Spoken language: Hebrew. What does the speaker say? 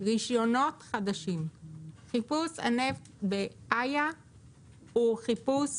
חיפוש הנפט באיה הוא חיפוש